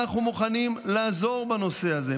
אנחנו מוכנים לעזור בנושא הזה.